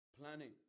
Planning